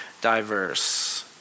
diverse